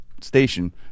station